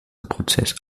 prozess